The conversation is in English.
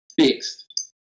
fixed